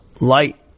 light